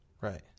Right